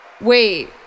wait